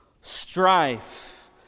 strife